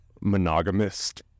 monogamist